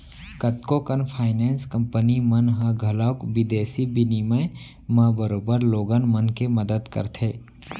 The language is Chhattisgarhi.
कतको कन फाइनेंस कंपनी मन ह घलौक बिदेसी बिनिमय म बरोबर लोगन मन के मदत करथे